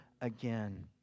again